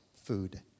food